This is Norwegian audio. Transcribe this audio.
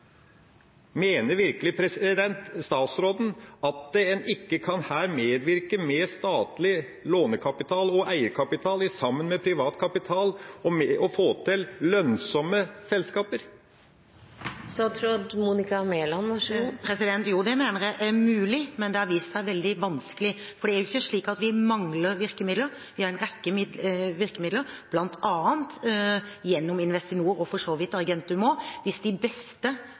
Mener virkelig statsråden at en ikke kan medvirke med statlig lånekapital og eierkapital sammen med privat kapital og få til lønnsomme selskaper? Jo, det mener jeg er mulig, men det har vist seg veldig vanskelig. Det er ikke slik at vi mangler virkemidler. Vi har en rekke virkemidler, bl.a. gjennom Investinor og for så vidt Argentum også. Hvis de beste